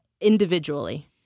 individually